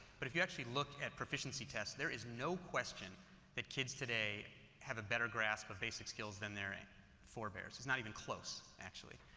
but if you actually look at proficiency tests, there is no question that kids today have a better grasp of basic skills than their forebears, it's not even close actually.